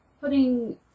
putting